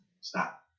stop